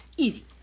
easy